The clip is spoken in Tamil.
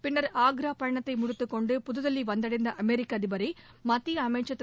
பின்னர் ஆக்ரா பயணத்தை முடித்துக் கொண்டு புதுதில்வி வந்தடைந்த அமெரிக்க அதிபரை மத்திய அமைச்சர் திரு